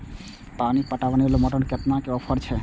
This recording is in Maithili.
पानी पटवेवाला मोटर पर केतना के ऑफर छे?